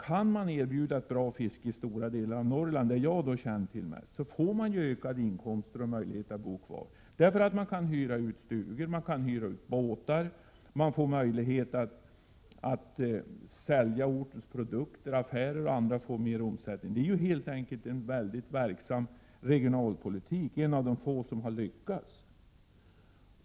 Kan man erbjuda bra fiske inom stora delar av Norrland — det område som jag känner till bäst — så får ju människorna ökade inkomster och möjligheter att bo kvar. De kan hyra ut stugor, de kan hyra ut båtar, de får möjlighet att sälja ortens produkter, och affärer etc.får större omsättning. Detta är helt enkelt en mycket verksam regionalpolitik, en av de få insatser som har lyckats.